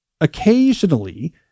occasionally